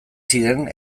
ziren